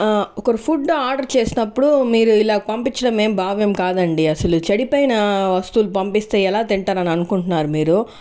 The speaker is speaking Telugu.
ఒకరు ఫుడ్ ఆర్డర్ చేసినప్పుడు మీరు ఇలా పంపించడం ఏం భావ్యం కాదండి అసలు చెడిపోయిన వస్తువులు పంపిస్తే ఎలా తింటారని అనుకుంటున్నారు మీరు